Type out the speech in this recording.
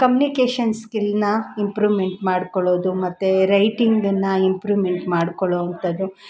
communication ಸ್ಕಿಲ್ನ improvement ಮಾಡ್ಕೊಳ್ಳೋದು ಮತ್ತೆ ರೈಟಿಂಗನ್ನು ಇಂಪ್ರೂಮೆಂಟ್ ಮಾಡಿಕೊಳ್ಳೋವಂಥದ್ದು